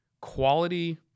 quality